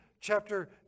chapter